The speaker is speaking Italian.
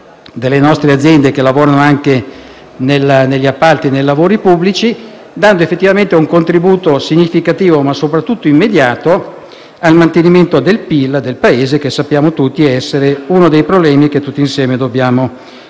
delle nostre aziende che lavorano anche negli appalti e nei lavori pubblici), dando effettivamente un contributo significativo, ma soprattutto immediato, al mantenimento del PIL del Paese, che sappiamo essere uno dei problemi che tutti insieme dobbiamo